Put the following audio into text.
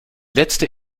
letzte